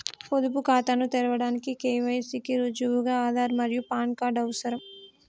పొదుపు ఖాతాను తెరవడానికి కే.వై.సి కి రుజువుగా ఆధార్ మరియు పాన్ కార్డ్ అవసరం